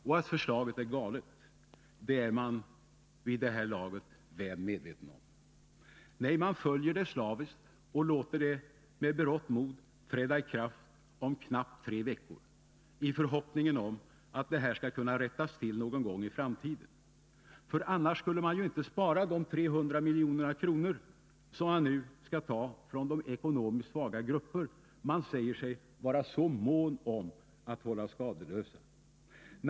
Och att förslaget är galet, det är man vid det här laget väl medveten om. Nej, man följer det slaviskt och låter det med berått mod träda i kraft om knappt tre veckor i förhoppningen om att det här skall kunna rättas till någon gång i framtiden. För annars skulle man ju inte spara de 300 milj.kr. som man nu skall ta från Nr 46 de ekonomiskt svaga grupper man säger sig vara så mån om att hålla Torsdagen den skadeslösa.